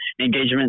engagement